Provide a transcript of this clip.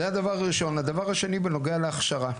הדבר השני בנוגע להכשרה.